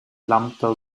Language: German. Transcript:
lambda